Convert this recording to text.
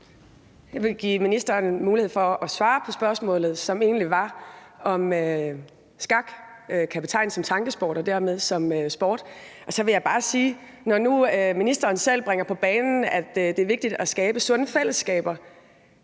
Jeg vil give ministeren mulighed for at svare på spørgsmålet, som egentlig var, om skak kan betegnes som tankesport og dermed som sport. Og så vil jeg bare, når nu ministeren selv bringer på banen, at det er vigtigt at skabe sunde fællesskaber,